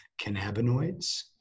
cannabinoids